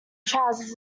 trousers